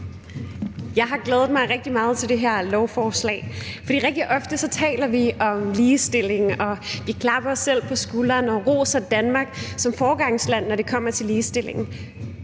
Jeg har glædet mig rigtig meget til det her lovforslag, for rigtig ofte taler vi om ligestilling, og vi klapper os selv på skulderen og roser Danmark som foregangsland, når det kommer til ligestillingen,